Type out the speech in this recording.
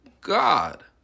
God